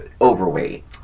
overweight